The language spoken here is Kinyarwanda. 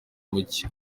mucyo